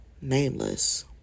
Nameless